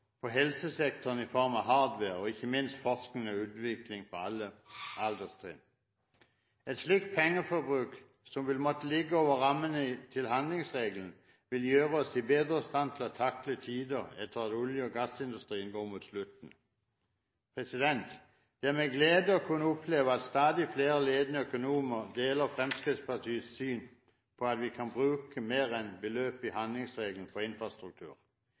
på helsesektoren i form av hardware, og ikke minst forskning og utvikling på alle alderstrinn. Et slikt pengeforbruk, som vil måtte gå utover rammene for handlingsregelen, vil gjøre oss bedre i stand til å takle tider etter olje- og gassindustrien. Det er en glede å kunne oppleve at stadig flere ledende økonomer deler Fremskrittspartiets syn, at vi kan bruke mer enn beløpet som ligger i handlingsregelen, på infrastruktur.